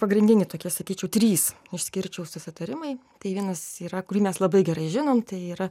pagrindiniai tokia sakyčiau trys išskirčiau susitarimai tai vienas yra kurį mes labai gerai žinom tai yra